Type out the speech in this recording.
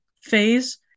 phase